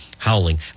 howling